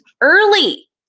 early